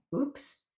oops